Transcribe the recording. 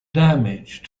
damage